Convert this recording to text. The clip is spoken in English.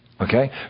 Okay